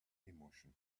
emotion